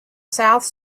south